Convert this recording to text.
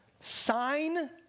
sign